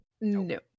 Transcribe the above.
No